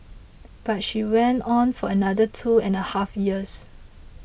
but she went on for another two and a half years